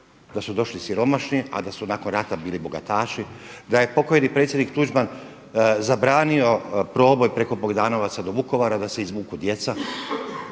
da su došli siromašni, a da su nakon rata bili bogataši, da je pokojni predsjednik Tuđman zabranio proboj preko Bogdanovaca do Vukovara da se izvuku djeca